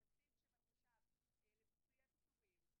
הבסיס שמחושב לפיצויי פיטורים,